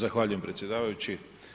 Zahvaljujem predsjedavajući.